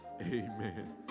Amen